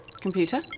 Computer